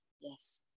Yes